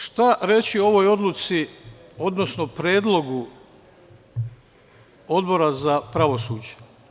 Šta reći o ovoj odluci, odnosno Predlogu Odbora za pravosuđe?